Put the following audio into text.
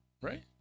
Right